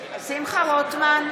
שמחה רוטמן,